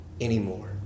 anymore